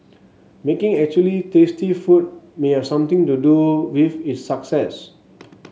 making actually tasty food may have something to do with its success